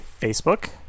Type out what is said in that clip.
Facebook